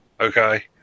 Okay